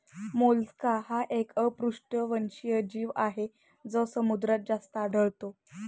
Mollusca हा एक अपृष्ठवंशी जीव आहे जो समुद्रात जास्त आढळतो